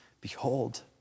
Behold